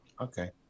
Okay